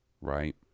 Right